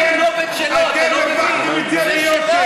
אתם הפכתם את זה להיות,